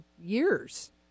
years